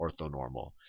orthonormal